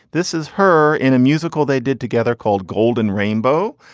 this is her in a musical they did together called golden rainbow.